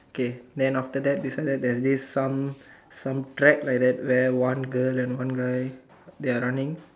kay then after that beside that there's this some some track like that where one girl and one guy they're running